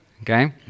okay